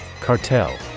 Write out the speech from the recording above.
Cartel